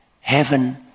Heaven